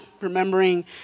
remembering